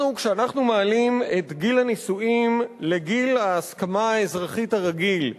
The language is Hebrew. כשאנחנו מעלים את גיל הנישואים לגיל ההסכמה האזרחית הרגיל,